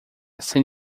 sem